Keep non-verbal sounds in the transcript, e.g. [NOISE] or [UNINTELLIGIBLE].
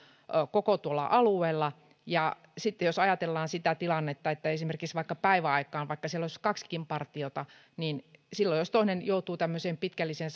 koko tuolla alueella ja sitten jos ajatellaan sitä tilannetta että esimerkiksi vaikka päiväaikaan vaikka siellä olisi kaksikin partiota toinen joutuu tämmöiseen pitkälliseen [UNINTELLIGIBLE]